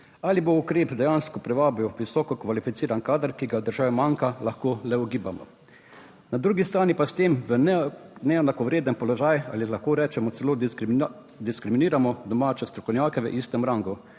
Ali bo ukrep dejansko privabil visoko kvalificiran kader, ki ga v državi manjka, lahko le ugibamo. Na drugi strani pa s tem v neenakovreden položaj ali lahko rečemo celo diskriminiramo domače strokovnjake v istem rangu,